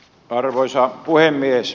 arvoisa puhemies